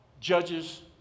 judges